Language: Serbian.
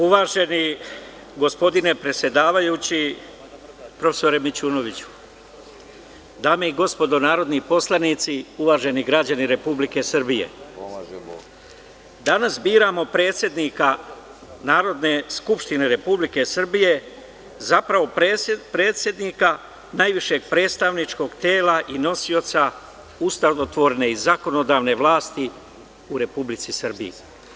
Uvaženi gospodine predsedavajući, prof. Mićunoviću, dame i gospodo narodni poslanici, uvaženi građani Republike Srbije, danas biramo predsednika Narodne skupštine Republike Srbije, zapravo predsednika najvišeg predstavničkog tela i nosioca ustavotvorne i zakonodavne vlasti u Republici Srbiji.